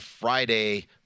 Friday